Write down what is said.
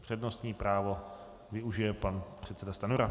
Přednostní právo využije pan předseda Stanjura.